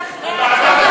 לוועדת הכנסת.